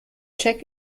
check